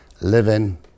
living